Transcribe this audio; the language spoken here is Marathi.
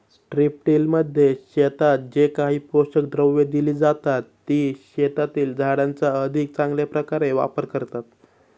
स्ट्रिपटिलमध्ये शेतात जे काही पोषक द्रव्ये दिली जातात, ती शेतातील झाडांचा अधिक चांगल्या प्रकारे वापर करतात